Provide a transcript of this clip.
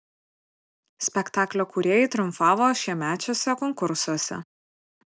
spektaklio kūrėjai triumfavo šiemečiuose konkursuose